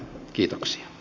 kiitoksia